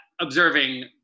observing